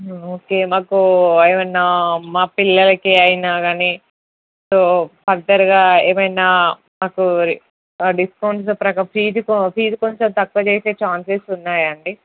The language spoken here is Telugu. ఓకే మాకు ఏమైనా మా పిల్లలకి అయినా కానీ సో ఫర్దర్గా ఏమైనా మాకు ఆ డిస్కౌంట్ ఫీజ్ ఫీజ్ కొంచెం తక్కువ చేసే ఛాన్సెస్ ఉన్నాయా అండీ